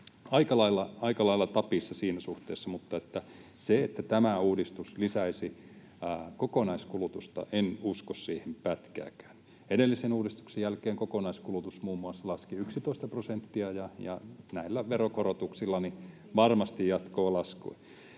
aika lailla tapissa siinä suhteessa. Mutta siihen, että tämä uudistus lisäisi kokonaiskulutusta, en usko pätkääkään. Muun muassa edellisen uudistuksen jälkeen kokonaiskulutus laski 11 prosenttia, ja näillä veronkorotuksilla se varmasti jatkaa laskua.